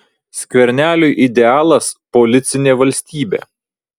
skverneliui idealas policinė valstybė